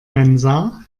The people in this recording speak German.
mensa